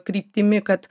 kryptimi kad